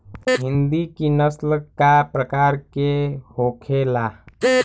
हिंदी की नस्ल का प्रकार के होखे ला?